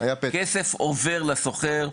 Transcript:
כסף עובר לסוחר,